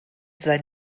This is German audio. sein